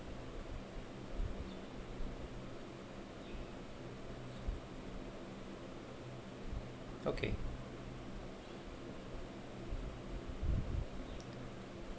okay